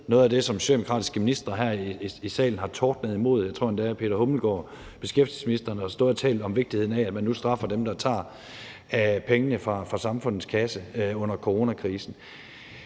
noget af det, socialdemokratiske ministre har tordnet imod her i salen. Jeg tror endda, at beskæftigelsesministeren har stået og talt om vigtigheden af, at man straffer dem, der tager pengene fra samfundets kasse under coronakrisen.